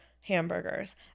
hamburgers